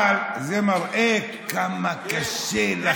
אבל זה מראה כמה קשה לך,